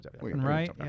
Right